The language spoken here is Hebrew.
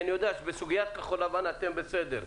אני יודע שבסוגיית כחול לבן אתם בסדר.